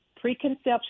preconception